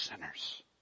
sinners